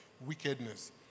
wickedness